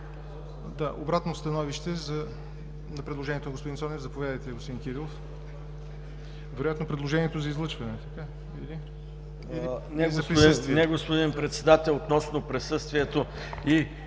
Обратно становище на предложението на господин Цонев? Заповядайте, господин Кирилов. Вероятно предложението за излъчване или за присъствието? ДАНАИЛ КИРИЛОВ (ГЕРБ): Не, господин Председател, относно присъствието и